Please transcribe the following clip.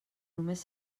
només